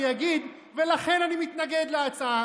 אני אגיד: ולכן אני מתנגד להצעה.